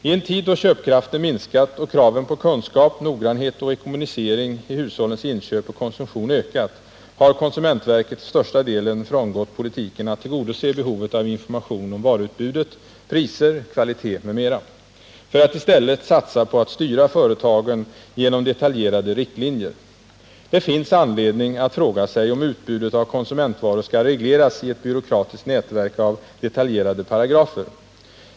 I en tid då köpkraften minskat och kraven på kunskap, noggrannhet och ekonomisering i hushållens inköp och konsumtion ökat, har konsumentverket till största delen frångått politiken att tillgodose behovet av information om varuutbudet, priser, kvalitet m.m. för att i stället satsa på att styra företagen genom detaljerade riktlinjer. Det finns anledning att fråga sig om utbudet av konsumentvaror skall regleras i ett byråkratiskt nätverk av detaljerade paragrafer.